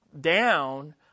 down